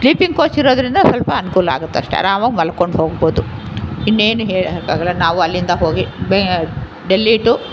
sleeping coach ಇರೋದರಿಂದ ಸ್ವಲ್ಪ ಅನುಕೂಲ ಆಗುತ್ತೆ ಅಷ್ಟೆ ಆರಾಮಾಗಿ ಮಲ್ಕೊಂಡು ಹೋಗ್ಬೋದು ಇನ್ನೇನು ಹೇಳೋಕ್ಕಾಗಲ್ಲ ನಾವು ಅಲ್ಲಿಂದ ಹೋಗಿ ಬೇ ಡೆಲ್ಲಿ ಟು